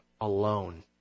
alone